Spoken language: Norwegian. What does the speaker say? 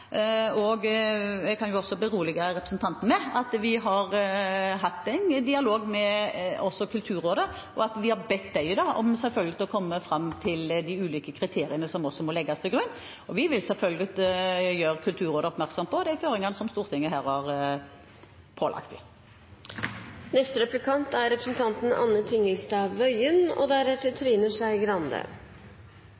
og jeg kan berolige representanten med at vi har hatt en dialog også med Kulturrådet, og at vi har bedt dem om å komme fram til de ulike kriteriene som må legges til grunn. Vi vil selvfølgelig gjøre Kulturrådet oppmerksom på de føringene som Stortinget her har pålagt